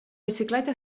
bicicleta